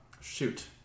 shoot